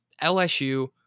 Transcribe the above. LSU